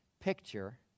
picture